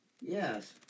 Yes